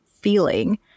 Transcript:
feeling